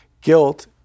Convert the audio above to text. guilt